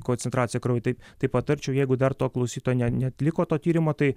koncentracija kraujy taip tai patarčiau jeigu dar to klausytoja ne neatliko to tyrimo tai